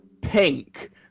Pink